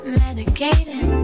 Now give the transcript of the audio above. medicating